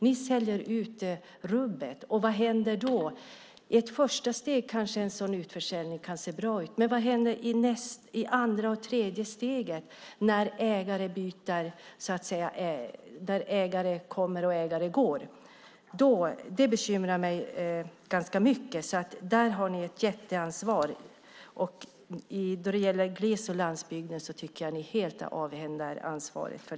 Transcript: Ni säljer ut rubbet, och vad händer då? I ett första steg kanske en sådan utförsäljning kan se bra ut, men vad händer i det andra och tredje steget, när ägare kommer och ägare går? Det bekymrar mig ganska mycket, och där har ni ett jätteansvar. När det gäller gles och landsbygden tycker jag att ni helt har avhänt er ansvaret.